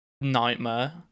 nightmare